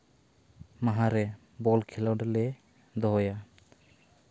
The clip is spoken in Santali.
ᱢᱟᱦᱟ ᱨᱮ ᱵᱚᱞ ᱠᱷᱮᱹᱞᱳᱰ ᱞᱮ ᱫᱚᱦᱚᱭᱟ